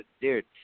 dude